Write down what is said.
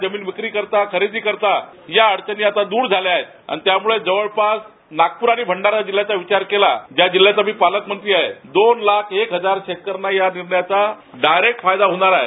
जमीन विक्री करता खरेदी करता या अडचणी आता दूर झाल्या आहेत त्यामुळं जवळपास नागपूर आणि भंडारा जिल्ह्याचा विचार केल्यास ज्या जिल्ह्यांचा मी पालकमंत्री आहे दोन लाख एक हजार शेतकऱ्यांना थेट फायदा होणार आहे